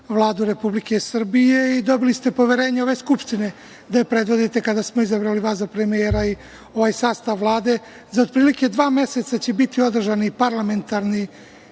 Vladu Republike Srbije i dobili ste poverenje ove Skupštine, da je predvodite kada smo izabrali vas za premijera i ovaj sastav Vlade. Za otprilike dva meseca će biti održani parlamentarni,